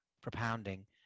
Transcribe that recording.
propounding